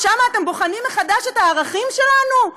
ושם אתם בוחנים מחדש את הערכים שלנו,